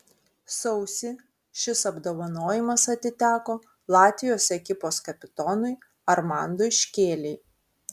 sausį šis apdovanojimas atiteko latvijos ekipos kapitonui armandui škėlei